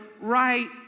right